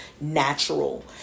natural